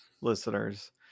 listeners